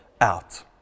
out